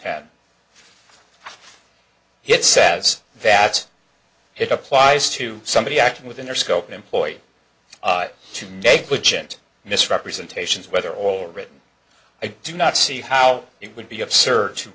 ten it says that it applies to somebody acting within their scope employ to negligent misrepresentations whether or written i do not see how it would be absurd to